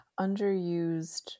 underused